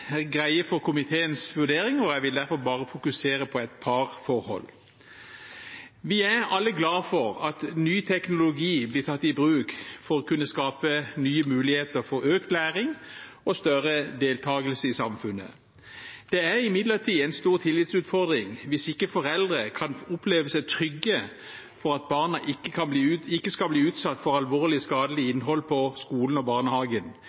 greie for komiteens vurdering, og jeg vil derfor bare fokusere på et par forhold. Vi er alle glade for at ny teknologi blir tatt i bruk for å kunne skape nye muligheter for økt læring og større deltakelse i samfunnet. Det er imidlertid en stor tillitsutfordring hvis foreldre ikke kan oppleve seg trygge for at barna ikke skal bli utsatt for alvorlig skadelig innhold på skolen og i barnehagen,